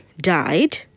died